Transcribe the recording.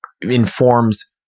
informs